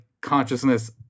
consciousness